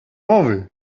mowy